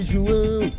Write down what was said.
João